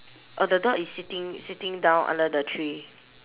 oh the dog is sitting sitting down under the tree